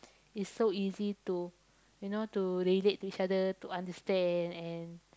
it's so easy to you know to relate to each other to understand and